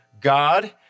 God